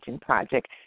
project